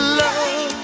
love